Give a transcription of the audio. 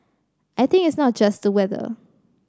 I think it's not just the weather